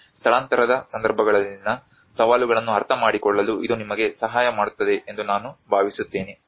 ಸ್ಥಳಾಂತರದ ಸಂದರ್ಭಗಳಲ್ಲಿನ ಸವಾಲುಗಳನ್ನು ಅರ್ಥಮಾಡಿಕೊಳ್ಳಲು ಇದು ನಿಮಗೆ ಸಹಾಯ ಮಾಡುತ್ತದೆ ಎಂದು ನಾನು ಭಾವಿಸುತ್ತೇನೆ